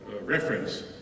reference